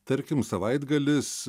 tarkim savaitgalis